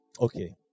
okay